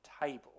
table